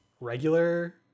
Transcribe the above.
regular